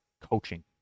coaching